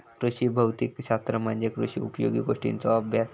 कृषी भौतिक शास्त्र म्हणजे कृषी उपयोगी गोष्टींचों अभ्यास